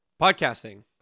Podcasting